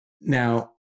Now